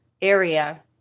area